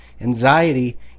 anxiety